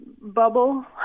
Bubble